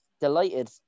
delighted